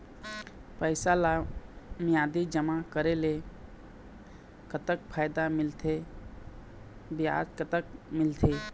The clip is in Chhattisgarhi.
पैसा ला मियादी जमा करेले, कतक फायदा मिलथे, ब्याज कतक मिलथे?